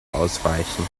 ausweichen